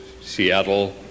Seattle